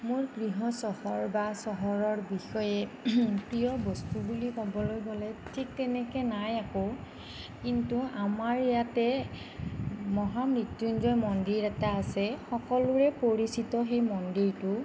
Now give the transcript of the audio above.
মোৰ গৃহ চহৰ বা চহৰৰ বিষয়ে প্ৰিয় বস্তু বুলি ক'বলৈ গ'লে ঠিক তেনেকে নাই একো কিন্তু আমাৰ ইয়াতে মহামৃত্য়ুঞ্জয় মন্দিৰ এটা আছে সকলোৰে পৰিচিত সেই মন্দিৰটো